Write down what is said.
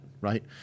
right